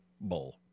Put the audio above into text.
Bowl